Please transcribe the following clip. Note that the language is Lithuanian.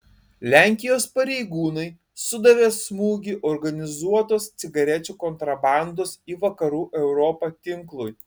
lenkijos pareigūnai sudavė smūgį organizuotos cigarečių kontrabandos į vakarų europą tinklui